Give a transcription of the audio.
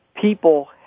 people